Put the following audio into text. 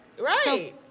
Right